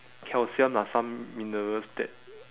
calcium lah some minerals that